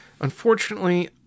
Unfortunately